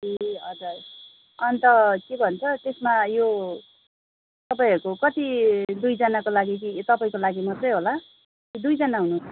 ए हजुर अन्त के भन्छ त्यसमा यो तपाईँहरूको कति दुईजनाको लागि कि तपाईँको लागि मात्रै होला कि दुईजना हुनुहुन्छ